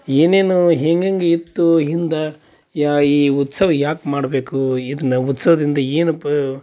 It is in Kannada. ಏನೇನು ಹೆಂಗೆಂಗೆ ಇತ್ತು ಹಿಂದೆ ಯಾ ಈ ಉತ್ಸವ ಯಾಕೆ ಮಾಡಬೇಕು ಇದನ್ನ ಉತ್ಸವದಿಂದ ಏನು ಪ